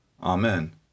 Amen